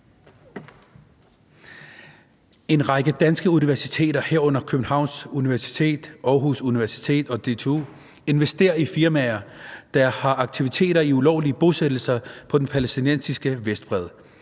En række danske universiteter, herunder Københavns Universitet, Aarhus Universitet og DTU, investerer i firmaer, der har aktiviteter i ulovlige bosættelser på den palæstinensiske Vestbred.